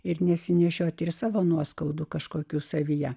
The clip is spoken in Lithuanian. ir nesinešioti ir savo nuoskaudų kažkokių savyje